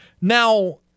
Now